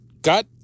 got